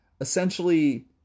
essentially